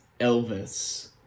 Elvis